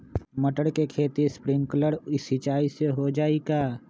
मटर के खेती स्प्रिंकलर सिंचाई से हो जाई का?